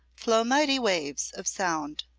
flow mighty waves of sound.